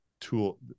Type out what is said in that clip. tool